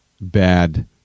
bad